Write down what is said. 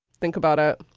think about it.